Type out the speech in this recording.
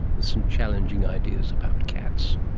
with some challenging ideas about cats